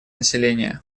населения